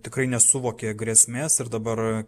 tikrai nesuvokė grėsmės ir dabar